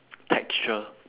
texture